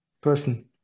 person